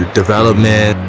development